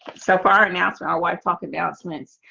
so far announced for our white top advancements.